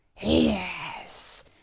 Yes